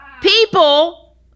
People